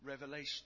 revelation